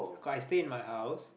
cause I stay in my house